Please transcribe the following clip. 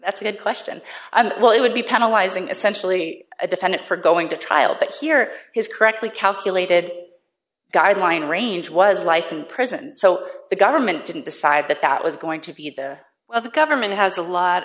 that's a good question and well it would be penalizing essentially a defendant for going to trial but here his correctly calculated guideline range was life in prison so the government didn't decide that that was going to be the well the government has a lot